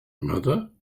mother